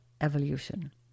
Evolution